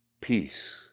peace